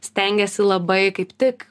stengiesi labai kaip tik